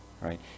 right